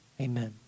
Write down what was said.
amen